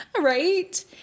Right